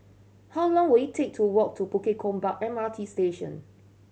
how long will it take to walk to Bukit Gombak M R T Station